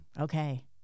Okay